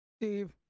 Steve